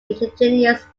indigenous